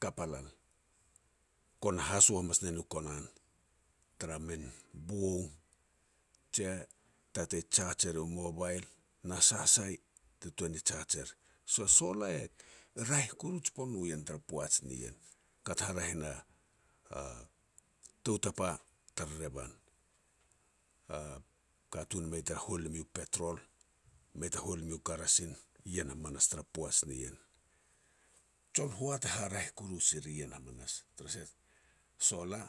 kap a lan kona hoso hamas ne no konan, tara min bong, je tatei jaj e ru mobile na sa sai te tuan ni jaj er. So solar e raeh koru jipon no ien tara poaj ni ien. Kat haraeh na a tou tapa tar revan, a katun mei ta hual mui petrol, mei ta hual mui karasin ien hamanas tara poaj ni ien. Jon hoat e haraeh koru sir i ien hamanas tara sah solar